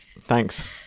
Thanks